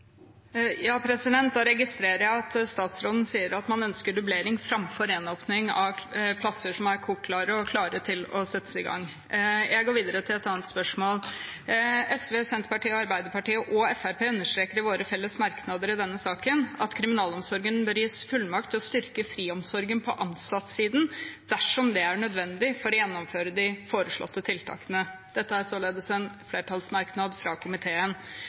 registrerer at statsråden sier at man ønsker dublering framfor gjenåpning av plasser som er klare til å settes i gang. Jeg går videre til et annet spørsmål. SV, Senterpartiet, Arbeiderpartiet og Fremskrittspartiet understreker i våre felles merknader i denne saken at kriminalomsorgen bør gis fullmakt til å styrke friomsorgen på ansattesiden dersom det er nødvendig for å gjennomføre de foreslåtte tiltakene. Dette er en flertallsmerknad fra komiteen.